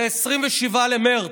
זה 27 במרץ,